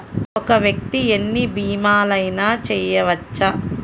ఒక్క వ్యక్తి ఎన్ని భీమలయినా చేయవచ్చా?